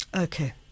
Okay